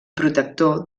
protector